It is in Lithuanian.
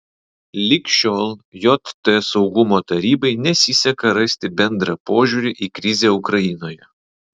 lig šiol jt saugumo tarybai nesiseka rasti bendrą požiūrį į krizę ukrainoje